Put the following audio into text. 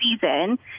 season